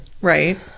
Right